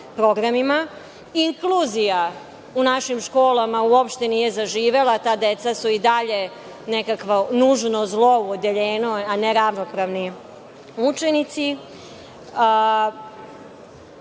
programima. Inkluzija u našim školama uopšte nije zaživela. Ta deca su i dalje nekakvo nužno zlo u odeljenju, a ne ravnopravni učenici. Obuka